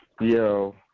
Yo